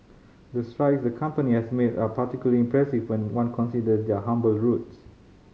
the strides the company has made are particularly impressive when one consider their humble roots